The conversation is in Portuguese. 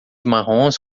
marrons